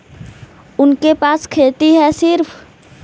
उनके पास खेती हैं सिर्फ